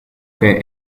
che